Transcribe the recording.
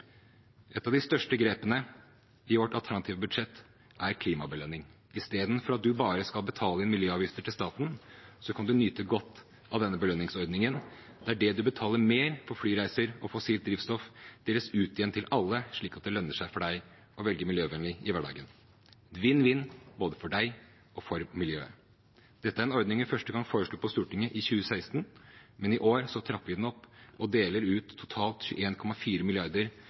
Et av de største grepene i vårt alternative budsjett er klimabelønning. Istedenfor at man bare skal betale miljøavgifter til staten, kan man nyte godt av denne belønningsordningen, der det man betaler mer for flyreiser og fossilt drivstoff, deles ut igjen til alle, slik at det lønner seg å velge miljøvennlig i hverdagen – vinn-vinn både for deg og for miljøet. Dette er en ordning vi første gang foreslo på Stortinget i 2016, men i år trapper vi den opp og deler ut totalt